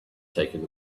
taking